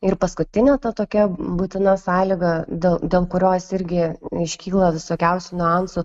ir paskutinė ta tokia būtina sąlyga dėl dėl kurios irgi iškyla visokiausių niuansų